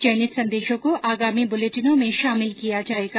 चयनित संदेशों को आगामी बुलेटिनों में शामिल किया जाएगा